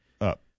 Up